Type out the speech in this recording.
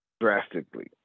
drastically